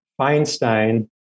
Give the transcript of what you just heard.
Feinstein